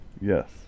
Yes